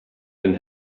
been